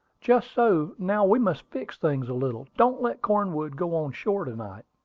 just so. now, we must fix things a little. don't let cornwood go on shore to-night.